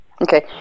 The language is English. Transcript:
Okay